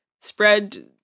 spread